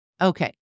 Okay